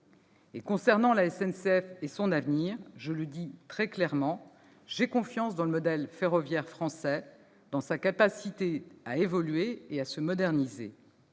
Concernant la SNCF et son avenir, je le dis très sereinement, j'ai confiance dans le modèle ferroviaire français, dans sa capacité à évoluer et à se moderniser.